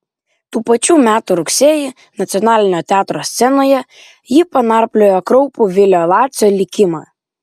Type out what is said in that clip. tų pačių metų rugsėjį nacionalinio teatro scenoje ji panarpliojo kraupų vilio lacio likimą